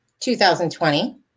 2020